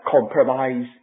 compromise